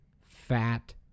fat